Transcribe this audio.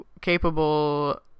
capable